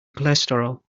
cholesterol